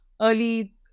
early